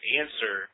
answer